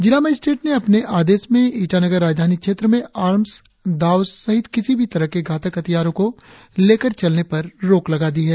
जिला मजिस्ट्रेट ने अपने आदेश में ईटानगर राजधानी क्षेत्र में आर्म्स दाव सहित किसी भी तरह के घातक हथियारों को लेकर चलने पर रोक लगा दिया है